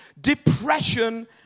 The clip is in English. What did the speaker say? Depression